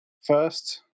First